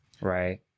right